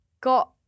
got